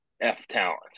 F-talent